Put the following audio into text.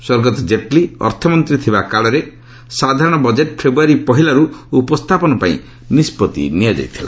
ସ୍ୱର୍ଗତ ଜେଟ୍ଲୀ ଅର୍ଥମନ୍ତ୍ରୀ ଥିବାକାଳରେ ସାଧାରଣ ବଜେଟ୍ ଫେବୃୟାରୀ ପହିଲାରୁ ଉପସ୍ଥାପନ ପାଇଁ ନିଷ୍ପତ୍ତି ନିଆଯାଇଥିଲା